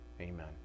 Amen